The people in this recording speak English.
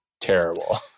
terrible